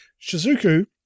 Shizuku